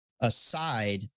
aside